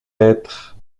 être